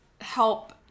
help